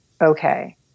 okay